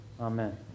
amen